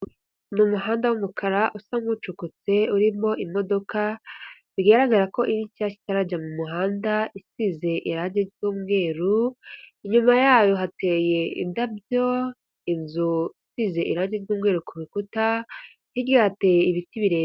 Ni umuhanda w'umukara usa nk'ucukutse urimo imodoka, bigaragara ko iri nshyashya itarajya mu muhanda isize irange ry'umweru, inyuma yayo hateye indabyo inzu isize irangi ry'umweru ku bikuta, hirya hateye ibiti birebire.